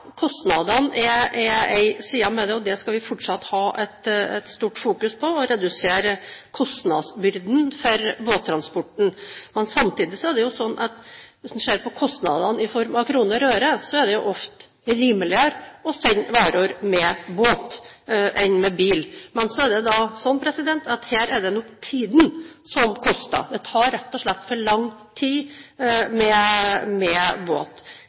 kostnadene er én side ved det, og det skal vi fortsatt ha et stort fokus på, og å redusere kostnadsbyrden for båttransporten, men samtidig er det sånn at hvis man ser på kostnadene i form av kroner og øre, er det ofte rimeligere å sende varer med båt enn med bil. Men så er det sånn at her er det nok tiden som koster, det tar rett og slett for langt tid med båt.